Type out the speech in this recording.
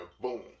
Boom